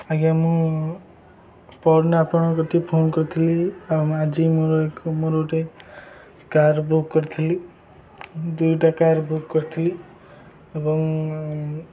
ଆଜ୍ଞା ମୁଁ ପରଦିନ ଆପଣଙ୍କ କତିକି ଫୋନ୍ କରିଥିଲି ଆଜି ମୋର ଏକ ମୋର ଗୋଟେ କାର୍ ବୁକ୍ କରିଥିଲି ଦୁଇଟା କାର୍ ବୁକ୍ କରିଥିଲି ଏବଂ